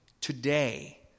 Today